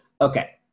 Okay